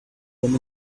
them